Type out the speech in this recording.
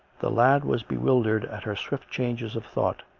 the lad was bewildered at her swift changes of thought,